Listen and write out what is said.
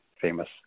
famous